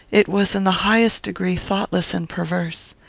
it was in the highest degree thoughtless and perverse.